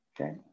Okay